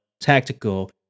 tactical